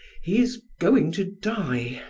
he is going to die.